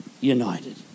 united